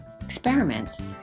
experiments